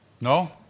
No